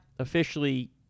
Officially